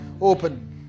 open